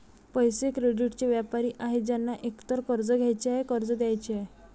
पैसे, क्रेडिटचे व्यापारी आहेत ज्यांना एकतर कर्ज घ्यायचे आहे, कर्ज द्यायचे आहे